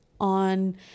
On